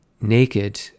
Naked